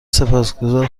سپاسگذار